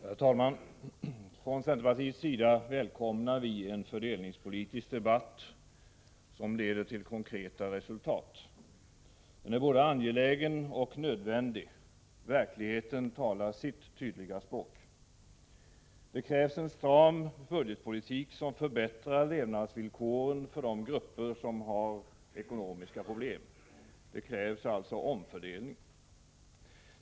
Herr talman! Från centerpartiets sida välkomnar vi en fördelningspolitisk debatt som leder till konkreta resultat. Den är både angelägen och nödvändig. Verkligheten talar sitt tydliga språk. Det krävs en stram budgetpolitik som förbättrar levnadsvillkoren för de grupper som har ekonomiska problem, alltså som leder till en omfördelning.